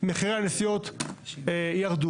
מחירי הנסיעות ירדו,